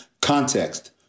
context